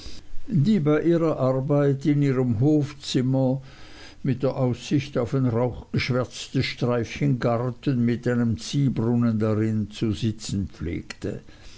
die bei ihrer arbeit in ihrem hofzimmer mit der aussicht auf ein rauchgeschwärztes streifchen garten mit einem ziehbrunnen darin zu sitzen pflegte